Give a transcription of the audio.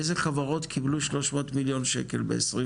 איזה חברות קיבלו 300 מיליון שקל ב- 2021?